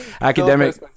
Academic